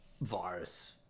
virus